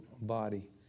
body